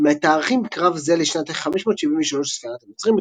מתארכים קרב זה לשנת 573 לספירת הנוצרים,